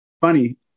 funny